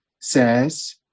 says